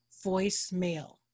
voicemail